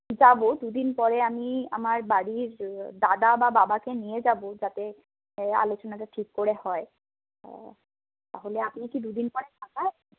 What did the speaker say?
যাবো দুদিন পরে আমি আমার বাড়ির দাদা বা বাবাকে নিয়ে যাবো যাতে আলোচনাটা ঠিক করে হয় তাহলে আপনি কি দুদিন পরে ফাঁকা আছেন